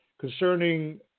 concerning